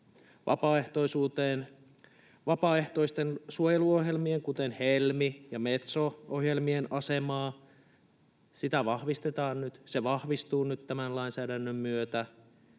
Vapaaehtoisten suojeluohjelmien, kuten Helmi- ja Metso-ohjelmien, asemaa nyt vahvistetaan, se vahvistuu nyt tämän lainsäädännön myötä.